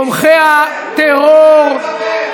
תראו מי שמדבר.